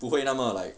不会那么 like